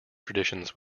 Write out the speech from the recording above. traditions